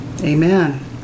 amen